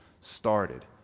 started